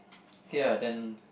K ah then